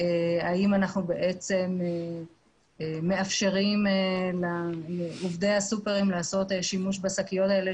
האם אנחנו מאפשרים לעובדי הסופרמרקטים לעשות שימוש בשקיות האלה,